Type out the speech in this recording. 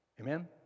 Amen